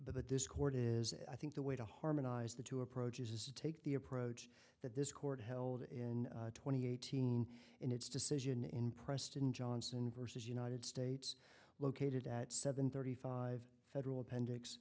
but this court is i think the way to harmonize the two approaches is to take the approach that this court held in twenty eighteen in its decision in preston johnson versus united states located at seven thirty five federal appendix